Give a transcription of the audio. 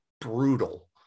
brutal